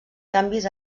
canvis